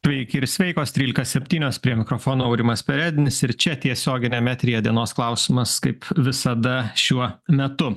sveiki ir sveikos trylika septynios prie mikrofono aurimas perednis ir čia tiesioginiam eteryje dienos klausimas kaip visada šiuo metu